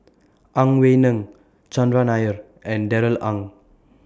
Ang Wei Neng Chandran Nair and Darrell Ang